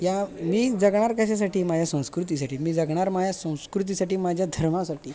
या मी जगणार कशासाठी माझ्या संस्कृतीसाठी मी जगणार माझ्या संस्कृतीसाठी माझ्या धर्मासाठी